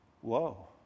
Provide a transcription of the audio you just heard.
Whoa